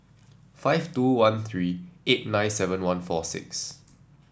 five two one three eight nine seven one four six